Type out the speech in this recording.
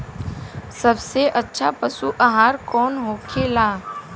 सबसे अच्छा पशु आहार कौन होखेला?